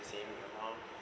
the same account